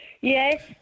Yes